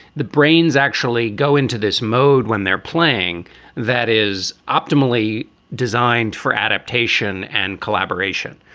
the brains actually go into this mode when they're playing that is optimally designed for adaptation and collaboration.